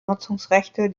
nutzungsrechte